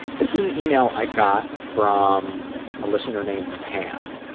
this is an email i got from a listener named pam.